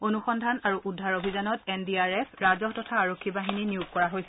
অনুসন্ধান আৰু উদ্ধাৰ অভিযানত এন ডি আৰ এফ ৰাজহ তথা আৰক্ষী বাহিনী নিয়োগ কৰা হৈছে